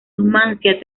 numancia